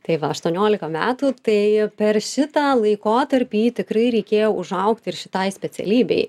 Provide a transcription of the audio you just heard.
tai va aštuoniolika metų tai per šitą laikotarpį tikrai reikėjo užaugti ir šitai specialybei